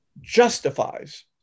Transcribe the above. justifies